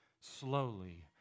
slowly